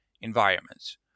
environments